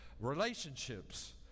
relationships